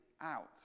out